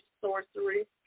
sorcery